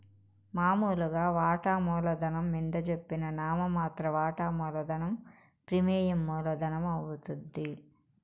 మామూలుగా వాటామూల ధనం మింద జెప్పిన నామ మాత్ర వాటా మూలధనం ప్రీమియం మూల ధనమవుద్ది